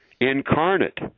incarnate